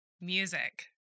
music